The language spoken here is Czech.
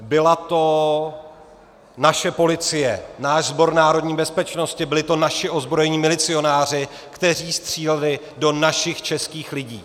Byla to naše policie, náš Sbor národní bezpečnosti, byli to naši ozbrojení milicionáři, kteří stříleli do našich, českých lidí.